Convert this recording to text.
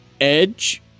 Edge